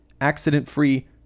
accident-free